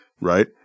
right